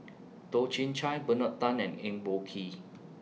Toh Chin Chye Bernard Tan and Eng Boh Kee